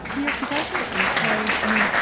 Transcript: new york, do guys wear earplugs? i mean,